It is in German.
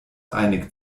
einig